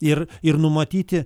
ir ir numatyti